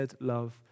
love